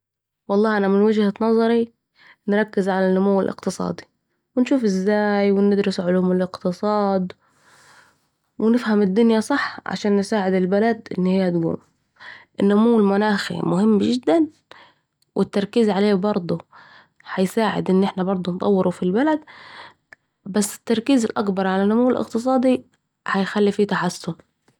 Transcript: والله أنا من وجهة نظري نركز على النمو الاقتصادي و نشوفوا ازاي و ندرس علوم الاقتصاد و نفهم الدنيا صح علشان نساعد البلد أن هي تقوم، النمو المناخي مهم جداً ، و التركيز عليه بردوا هيساعد اننا بردوا نطوروا ف البلد بس التركيز الأكبر على النمو الاقتصادي هيخلي فيه تحسن